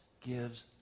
gives